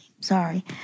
Sorry